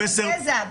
מה זה גזע?